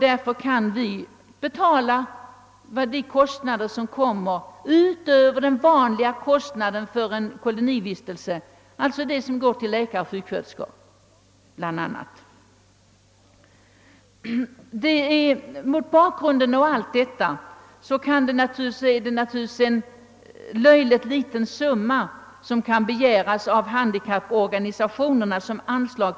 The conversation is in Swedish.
Därför kan vi betala de kostnader som uppstår utöver de vanliga kostnaderna för en kolonivistelse — d.v.s. .de pengar som går till bl.a. läkare och sjuksköterskor. Mot bakgrund av allt detta kan naturligtvis handikapporganisationerna begära löjligt små summor i anslag.